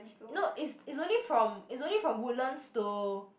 not it's it's only from it's only from Woodlands to